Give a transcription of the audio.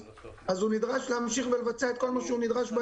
הוא נדרש להמשיך לבצע את כל מה שהוא נדרש ביומיום.